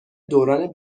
دوران